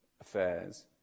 affairs